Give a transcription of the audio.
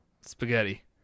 Spaghetti